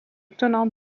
tenant